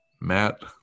Matt